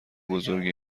بزرگی